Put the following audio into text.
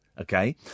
okay